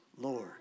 Lord